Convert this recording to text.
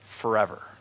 forever